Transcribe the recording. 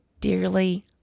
dearly